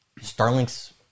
Starlink's